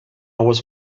was